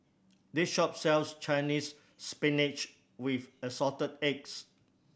this shop sells Chinese Spinach with Assorted Eggs